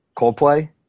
Coldplay